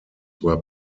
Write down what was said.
were